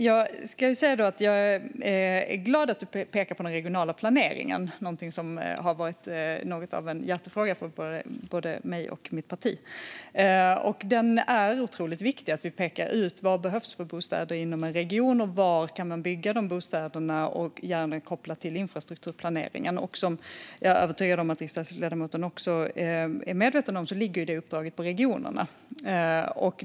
Fru talman! Jag är glad över att riksdagsledamoten pekar på den regionala planeringen. Den har varit något av en hjärtefråga för både mig och mitt parti. Det är viktigt att vi pekar ut vilka bostäder som behövs inom en region och var de bostäderna kan byggas och att vi gärna kopplar det till infrastrukturplaneringen. Detta uppdrag ligger på regionerna, vilket jag är övertygad om att riksdagsledamoten också är medveten om.